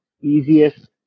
easiest